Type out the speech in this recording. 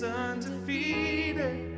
undefeated